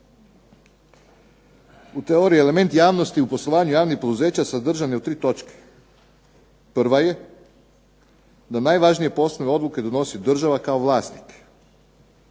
u teoriji element javnosti u poslovanju javnih poduzeća sadržan je u 3 točke. Prva je, da najvažnije poslovne odluke donosi država kao vlasnik.